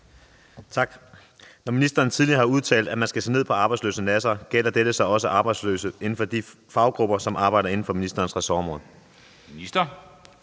(S): Når ministeren tidligere har udtalt, at man skal se ned på arbejdsløse nassere, gælder dette så også arbejdsløse i de faggrupper, som arbejder inden for ministerens ressortområde? Skriftlig